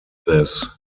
this